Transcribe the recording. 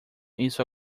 isso